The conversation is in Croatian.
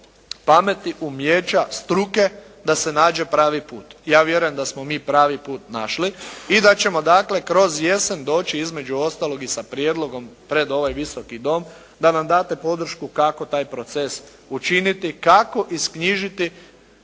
pameti, umijeća, struke, da se nađe pravi put. Ja vjerujem da smo mi pravi put našli i da ćemo dakle kroz jesen doći između ostalog i sa prijedlogom pred ovaj Visoki dom da nam date podršku kako taj proces učiniti, kako isknjižiti